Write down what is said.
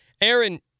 aaron